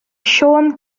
siôn